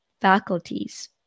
faculties